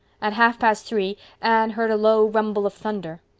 at half past three anne heard a low rumble of thunder.